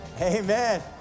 Amen